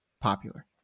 popular